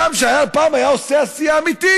ולא רק עושה דברים אחרים.